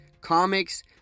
comics